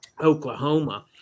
Oklahoma